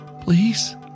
please